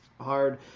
hard